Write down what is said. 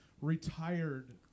retired